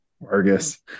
Vargas